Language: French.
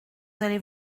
allez